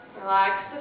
Relax